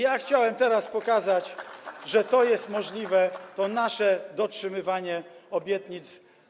Ja chciałbym teraz pokazać, że to jest możliwe, to nasze dotrzymywanie obietnic.